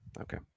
Okay